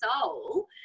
soul